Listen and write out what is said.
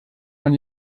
man